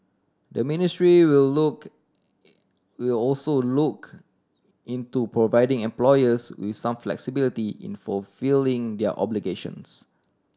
the ministry will look will also look into providing employers with some flexibility in fulfilling their obligations